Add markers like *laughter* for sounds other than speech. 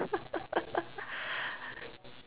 *laughs*